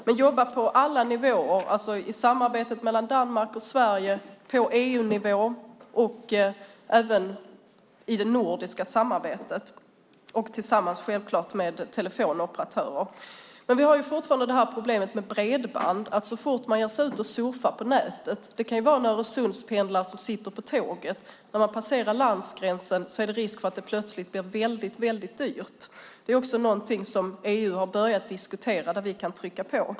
Vi ska jobba på alla nivåer, i samarbetet mellan Danmark och Sverige, på EU-nivå, i det nordiska samarbetet och självfallet också tillsammans med telefonoperatörer. Men vi har fortfarande problemet med bredband så fort man ger sig ut och surfar på nätet. Det kan handla om en Öresundspendlare som sitter på tåget. När man passerar landsgränsen är det risk att det plötsligt blir väldigt dyrt att surfa. Det är någonting som EU har börjat diskutera och där vi kan trycka på.